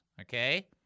okay